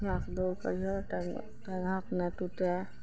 बढ़िआँ से दौड़ करिहऽ टाँग हाथ नै टूटतऽ